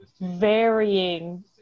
varying